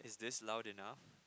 is this loud enough